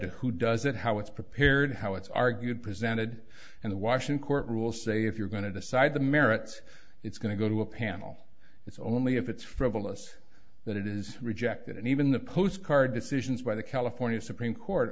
to who does it how it's prepared how it's argued presented and the washing court rules say if you're going to decide the merits it's going to go to a panel it's only if it's frivolous that it is rejected and even the postcard decisions by the california supreme court